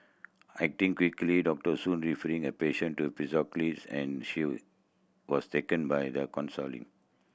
acting quickly Doctor Soon referring her patient to psychologist and she was taken by the counselling